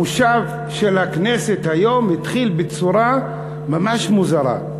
המושב של הכנסת היום התחיל בצורה ממש מוזרה.